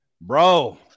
bro